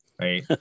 right